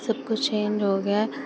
सब कुछ चेंज हो गया है